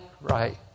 right